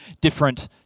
different